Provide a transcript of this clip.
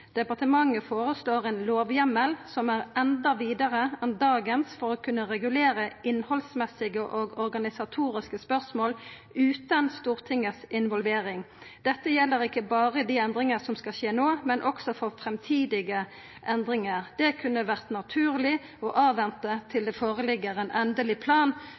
Departementet foreslår en lovhjemmel som er enda videre enn dagens for å kunne regulere innholdsmessige og organisatoriske spørsmål uten Stortingets involvering. Dette gjelder ikke bare de endringene som skal skje nå, men også for fremtidige endringer. Det kunne vært naturlig å avvente til det foreligger en endelig plan